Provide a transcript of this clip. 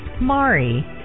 Mari